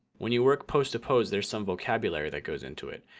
when you work pose to pose, there's some vocabulary that goes into it.